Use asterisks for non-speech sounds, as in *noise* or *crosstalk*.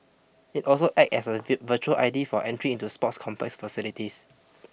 it also acts as a *unintelligible* virtual I D for entry into sports complex facilities